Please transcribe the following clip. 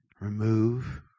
remove